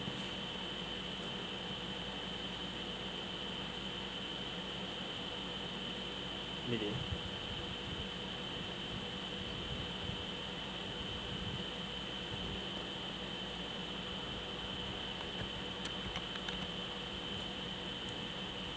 maybe